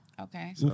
Okay